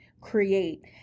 create